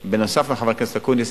נוסף על חבר הכנסת אקוניס,